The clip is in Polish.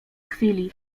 chwili